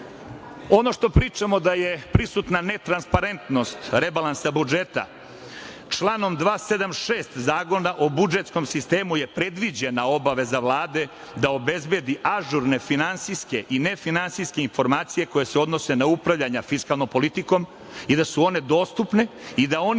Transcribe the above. dr.Ono što pričamo da je prisutna netransparentnost rebalansa budžeta, članom 276. Zakona o budžetskom sistemu je predviđena obaveza Vlade da obezbedi ažurne finansijske i nefinansijske informacije koje se odnose na upravljanja fiskalnom politikom i da su one dostupe i da oni